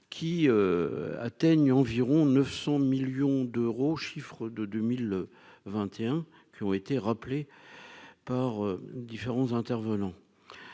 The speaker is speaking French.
qui atteignent environ 900 millions d'euros, chiffre de 2021 qui ont été rappelés par différents intervenants.